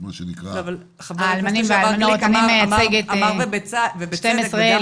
--- האלמנים והאלמנות מי מייצג את ה-12,000.